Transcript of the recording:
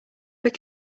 but